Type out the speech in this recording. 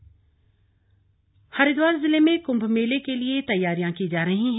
बैठक हरिद्वार जिले में कुंभ मेले के लिए तैयारियां की जा रही हैं